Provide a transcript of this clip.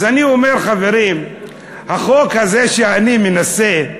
אז אני אומר, חברים, החוק הזה, שאני מנסה,